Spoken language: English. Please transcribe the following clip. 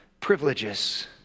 privileges